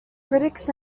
critics